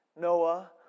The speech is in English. Noah